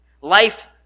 Life